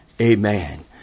Amen